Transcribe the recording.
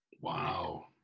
Wow